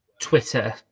twitter